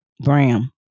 Bram